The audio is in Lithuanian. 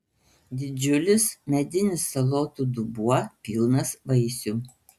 didžiulis medinis salotų dubuo pilnas vaisių